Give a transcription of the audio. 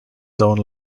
zone